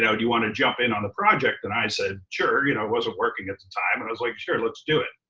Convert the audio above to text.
do you wanna jump in on the project? and i said, sure. you know i wasn't working at the time, and i was like, sure, let's do it.